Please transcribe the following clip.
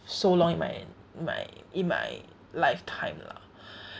so long in my in my in my lifetime lah